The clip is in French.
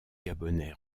gabonais